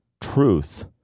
truth